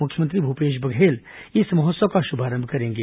मुख्यमंत्री भूपेश बघेल इस महोत्सव का शुभारंभ करेंगे